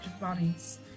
bodies